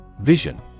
Vision